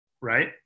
right